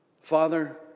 Father